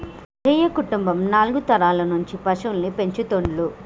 రాజయ్య కుటుంబం నాలుగు తరాల నుంచి పశువుల్ని పెంచుతుండ్లు